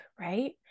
Right